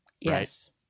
Yes